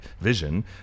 Vision